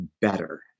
better